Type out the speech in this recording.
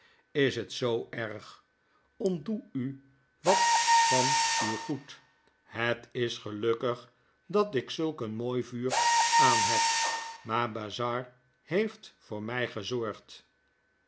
is het zoo erg ontdoe u wat van uw goed het is gelukkig dat ik zulk een mooi vuur aan heb maar bazzard heeft voor mjj gezorgd